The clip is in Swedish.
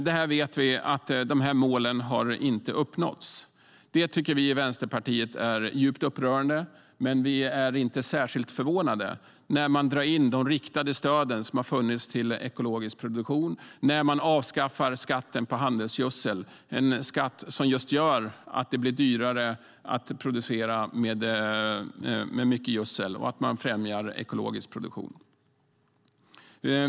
Vi vet att dessa mål inte har uppnåtts, och det tycker vi i Vänsterpartiet är djupt upprörande. Vi är dock inte särskilt förvånade, när man drar in de riktade stöd som har funnits till ekologisk produktion och när man avskaffar skatten på handelsgödsel. Det är en skatt som gör att det blir dyrare att producera med mycket gödsel, vilket främjar ekologisk produktion.